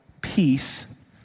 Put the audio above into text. peace